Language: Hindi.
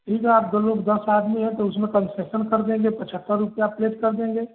ठीक है आप जो लोग दस आदमी हैं तो उसमें कंसेशन कर देंगे पचहत्तर रुपयये प्लेट कर देंगे